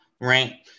right